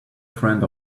friend